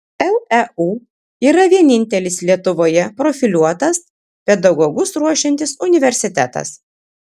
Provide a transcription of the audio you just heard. leu yra vienintelis lietuvoje profiliuotas pedagogus ruošiantis universitetas